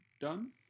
done